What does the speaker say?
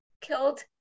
killed